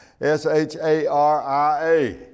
S-H-A-R-I-A